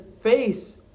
face